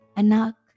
anak